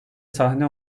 sahne